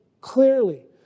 clearly